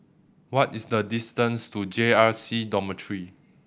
what is the distance to J R C Dormitory